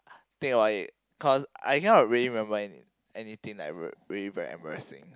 think about it cause I cannot really remember in anything like very very embarrassing